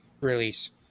release